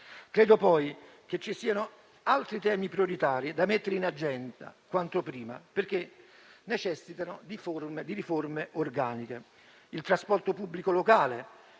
Credo poi che ci siano altri temi prioritari da mettere in agenda quanto prima perché necessitano di riforme organiche: il trasporto pubblico locale,